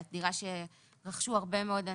"דירה כהגדרתה בחוק הלוואות לדיור,